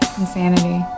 insanity